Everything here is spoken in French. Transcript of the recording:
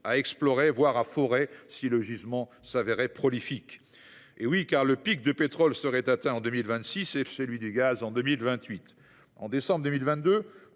explorer, voire à forer, si le gisement se révélait prolifique, car le pic de pétrole serait atteint en 2026 et celui du gaz en 2028. En décembre 2022,